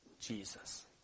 Jesus